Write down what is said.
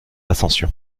ascension